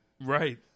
Right